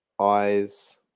eyes